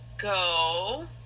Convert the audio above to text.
go